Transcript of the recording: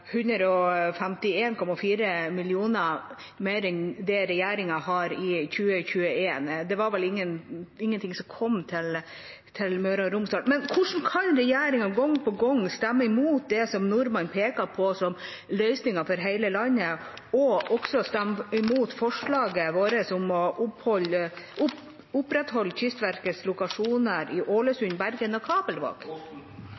mer enn det regjeringa har i 2021. Det var vel ingenting som kom til Møre og Romsdal. Men hvordan kan regjeringspartiene gang på gang stemme mot det som Norman peker på som løsningen for hele landet, og også stemme mot forslaget vårt om å opprettholde Kystverkets lokasjoner i